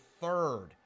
third